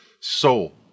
soul